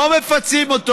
לא מפצים אותו.